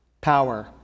power